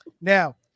Now